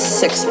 six